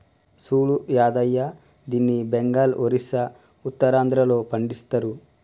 సూడు యాదయ్య దీన్ని బెంగాల్, ఒరిస్సా, ఉత్తరాంధ్రలో పండిస్తరు